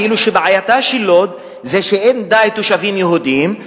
כאילו בעייתה של לוד זה שאין די תושבים יהודים,